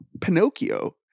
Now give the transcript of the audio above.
Pinocchio